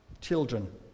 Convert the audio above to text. children